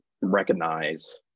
recognize